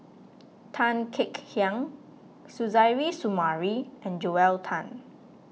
Tan Kek Hiang Suzairhe Sumari and Joel Tan